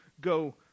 go